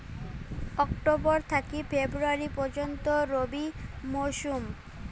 October থাকি February পর্যন্ত রবি মৌসুম